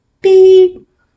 beep